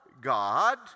God